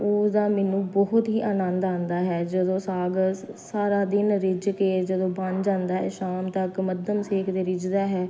ਉਹਦਾ ਮੈਨੂੰ ਬਹੁਤ ਹੀ ਆਨੰਦ ਆਉਂਦਾ ਹੈ ਜਦੋਂ ਸਾਗ ਸਾਰਾ ਦਿਨ ਰਿੱਝ ਕੇ ਜਦੋਂ ਬਣ ਜਾਂਦਾ ਹੈ ਸ਼ਾਮ ਤੱਕ ਮੱਧਮ ਸੇਕ ਦੇ ਰਿੱਝਦਾ ਹੈ